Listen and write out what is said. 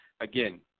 again